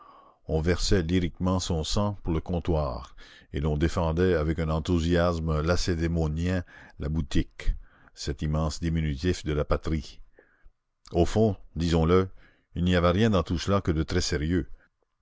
on versait lyriquement son sang pour le comptoir et l'on défendait avec un enthousiasme lacédémonien la boutique cet immense diminutif de la patrie au fond disons-le il n'y avait rien dans tout cela que de très sérieux